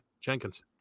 Jenkins